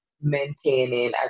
maintaining